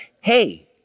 hey